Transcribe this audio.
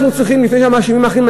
לפני שאנחנו מאשימים אחרים,